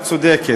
מאוד צודקת.